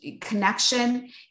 connection